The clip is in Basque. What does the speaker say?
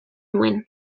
nuen